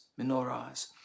menorahs